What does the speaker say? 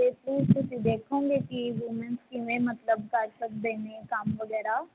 ਅਤੇ ਪਲੀਜ਼ ਤੁਸੀਂ ਦੇਖੋਗੇ ਕਿ ਵੂਮੈਨਸ ਕਿਵੇਂ ਮਤਲਬ ਕਰ ਸਕਦੇ ਨੇ ਕੰਮ ਵਗੈਰਾ